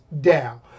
down